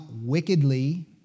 wickedly